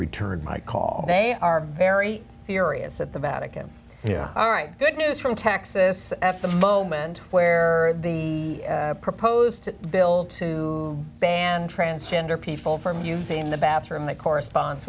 return my call they are very furious at the vatican yeah all right good news from texas at the moment where the proposed bill to ban transgender people from using the bathroom that corresponds